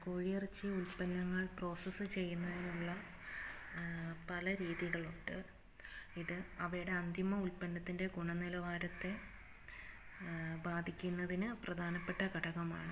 കോഴിയിറച്ചി ഉൽപ്പന്നങ്ങൾ പ്രോസസ് ചെയ്യുന്നതിനുള്ള പല രീതികളുണ്ട് ഇത് അവയുടെ അന്തിമ ഉൽപ്പന്നത്തിൻ്റെ ഗുണനിലവാരത്തെ ബാധിക്കുന്നതിന് പ്രധാനപ്പെട്ട ഘടകമാണ്